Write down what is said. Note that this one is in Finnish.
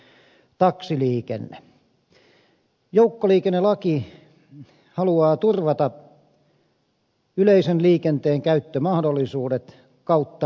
joukkoliikennelaki haluaa turvata yleisen liikenteen käyttömahdollisuudet kautta maan